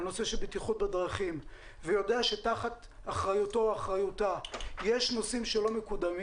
נושא בטיחות בדרכים יודע שתחת אחריותו/ה יש נושאים שלא מקודמים